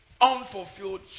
Unfulfilled